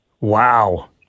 Wow